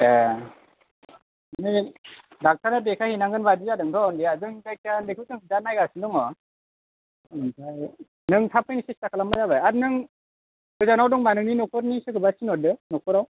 ए नै दाखथारनो देखाय हैनांगोन बायदि जादों थ' जों जायखि उन्दैखौ नायगासिनो दङ ओमफाय थाब फैनो सेस्था खालाम बानो जाबाय आर नों गोजानाव दंबा नोंनि नखरनिखौ सोरखौबा थिनहरदो नखराव